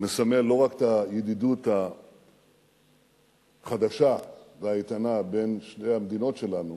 מסמל לא רק את הידידות החדשה והאיתנה בין שתי המדינות שלנו